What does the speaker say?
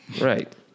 Right